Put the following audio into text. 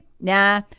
Nah